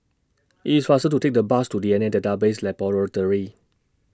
IT IS faster to Take The Bus to D N A Database Laboratory